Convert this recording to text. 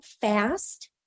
fast